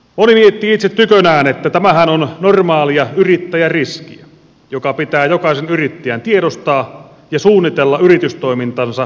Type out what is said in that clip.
moni miettii itse tykönään että tämähän on normaalia yrittäjäriskiä joka pitää jokaisen yrittäjän tiedostaa ja suunnitella yritystoimintansa sen mukaisesti